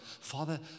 Father